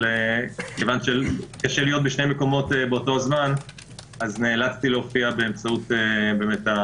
אבל כיוון שקשה להיות בשני מקומות באותו זמן נאלצתי להופיע בזום,